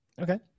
Okay